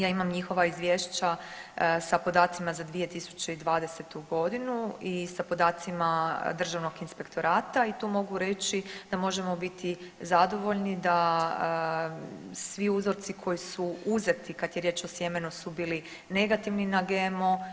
Ja imam njihova izvješća sa podacima za 2020. godinu i sa podacima Državnog inspektorata i tu možemo reći da možemo biti zadovoljni da svi uzorci koji su uzeti kada je riječ o sjemenu su bili negativni na GMO.